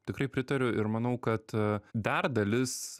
tikrai pritariu ir manau kad dar dalis